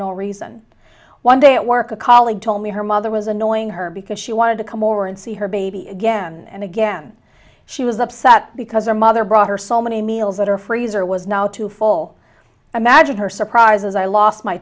no reason one day at work a colleague told me her mother was annoying her because she wanted to come over and see her baby again and again she was upset because our mother brought her so many meals that are fraser was now too full imagine her surprise as i lost my